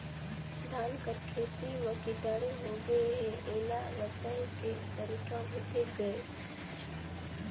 धान कर खेती म कीटाणु होगे हे एला बचाय के तरीका होथे गए?